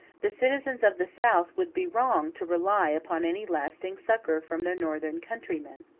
the citizens of the south would be wrong to rely upon any lasting succor from their northern countrymen.